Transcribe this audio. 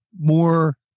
more